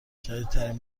جدیدترین